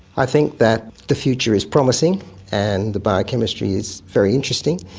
i think that the future is promising and the biochemistry is very interesting,